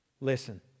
Listen